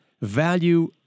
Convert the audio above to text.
value